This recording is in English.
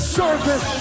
service